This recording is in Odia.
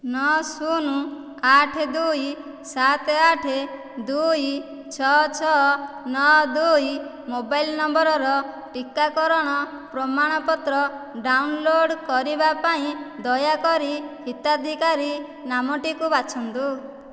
ନଅ ଶୂନ ଆଠ ଦୁଇ ସାତ ଆଠ ଦୁଇ ଛଅ ଛଅ ନଅ ଦୁଇ ମୋବାଇଲ୍ ନମ୍ବରର ଟିକାକରଣ ପ୍ରମାଣପତ୍ର ଡାଉନଲୋଡ଼୍ କରିବା ପାଇଁ ଦୟାକରି ହିତାଧିକାରୀ ନାମଟିକୁ ବାଛନ୍ତୁ